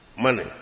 money